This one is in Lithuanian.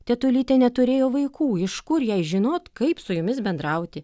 tetulytė neturėjo vaikų iš kur jai žinot kaip su jumis bendrauti